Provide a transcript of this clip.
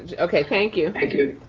yeah okay, thank you. thank you,